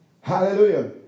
Hallelujah